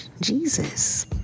Jesus